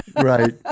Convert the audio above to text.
Right